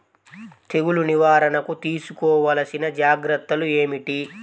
తెగులు నివారణకు తీసుకోవలసిన జాగ్రత్తలు ఏమిటీ?